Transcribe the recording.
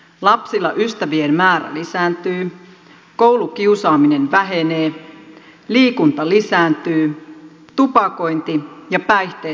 lapsilla ystävien määrä lisääntyy koulukiusaaminen vähenee liikunta lisääntyy tupakointi ja päihteet vähenevät